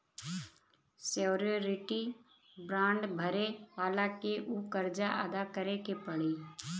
surety bond भरे वाला के ऊ कर्ज अदा करे पड़ी